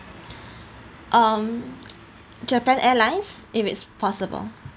um japan airlines if it's possible